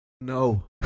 No